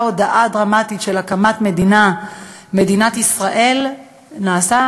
אותה הודעה דרמטית על הקמת מדינת ישראל הייתה,